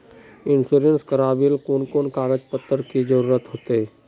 Insurance करावेल कोन कोन कागज पत्र की जरूरत होते?